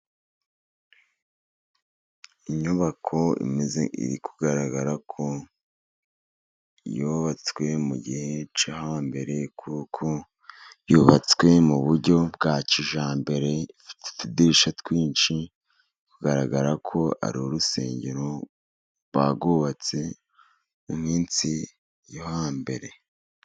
Inyubako imeze iri kugaragara ko yubatswe mu gihe cyo hambere, kuko yubatswe mu buryo bwa kijyambere, ifite utudishya twinshi. Bigaragara ko ari urusengero barwubatse mu minsi yo hambere.